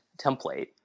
template